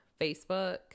Facebook